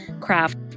craft